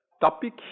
topic